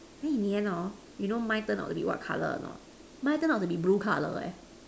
then in the end or not you know mine turn out to be what color or not my turn out to be blue color leh